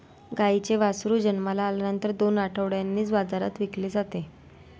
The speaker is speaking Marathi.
गाईचे वासरू जन्माला आल्यानंतर दोन आठवड्यांनीच बाजारात विकले जाते